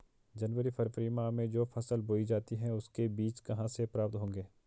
जनवरी फरवरी माह में जो फसल बोई जाती है उसके बीज कहाँ से प्राप्त होंगे?